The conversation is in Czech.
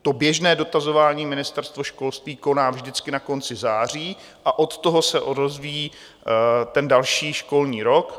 To běžné dotazování Ministerstvo školství koná vždycky na konci září a od toho se rozvíjí ten další školní rok.